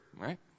Right